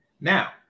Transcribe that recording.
Now